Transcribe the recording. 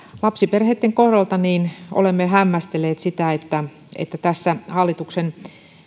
lapsiperheitten kohdalta olemme hämmästelleet sitä että tässä hallituksen